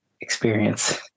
experience